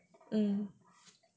mm